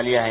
झाली आहे